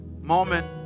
moment